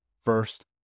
first